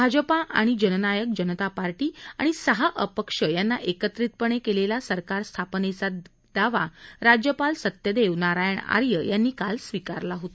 भाजपा आणि जननायक जनता पार्टी आणि सहा अपक्ष यांनी एकत्रितपणे केलेला सरकार स्थापनेचा केलेला दावा राज्यपाल सत्यदेव नारायण आर्य यांनी काल स्वीकारला होता